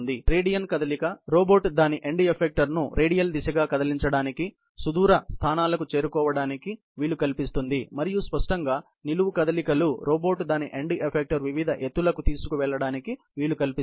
radial కదలిక robot దాని end ఎఫెక్టర్ను రేడియల్ దిశగా కదిలించడానికి సుదూర స్థానాలకు చేరుకోవడానికి వీలు కల్పిస్తుంది మరియు స్పష్టంగా నిలువు కదలికలు రోబోట్ దాని ఎండ స్పెక్టర్ వివిధ ఎత్తులకు తీసుకెళ్లడానికి వీలు కల్పిస్తుంది